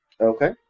Okay